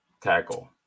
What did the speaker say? tackle